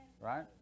Right